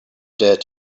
dared